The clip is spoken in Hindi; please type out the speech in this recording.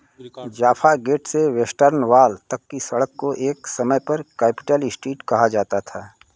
जाफा गेट से वेस्टर्न वॉल तक की सड़क को एक समय पर कैपिटल इस्टीट कहा जाता था